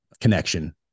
connection